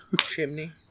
Chimney